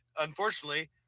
unfortunately